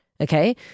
Okay